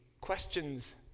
questions